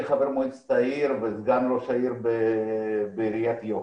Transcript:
חבר מועצת העיר וסגן ראש העיר בעיריית יקנעם.